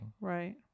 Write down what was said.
Right